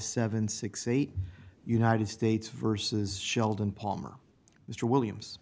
seven six eight united states versus sheldon palmer mr williams